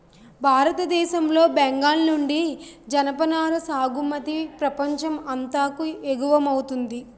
భారతదేశం లో బెంగాల్ నుండి జనపనార సాగుమతి ప్రపంచం అంతాకు ఎగువమౌతుంది